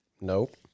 Nope